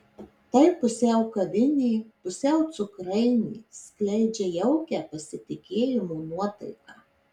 tai pusiau kavinė pusiau cukrainė skleidžia jaukią pasitikėjimo nuotaiką